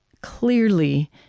clearly